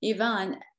Ivan